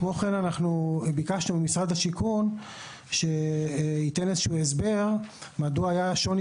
כמו כן ביקשנו ממשרד השיכון שייתן איזשהו הסבר מדוע היה שוני